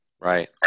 right